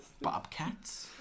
Bobcats